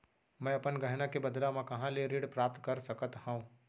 मै अपन गहना के बदला मा कहाँ ले ऋण प्राप्त कर सकत हव?